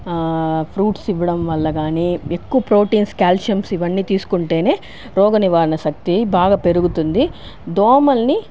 fruits ఇవ్వడం వల్ల కానీ ఎక్కువ ప్రోటీన్స్ కాల్షియమ్స్ ఇవన్నీ తీసుకుంటేనే రోగ నివారణ శక్తీ బాగా పెరుగుతుంది దోమల్ని